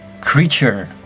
creature